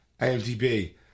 imdb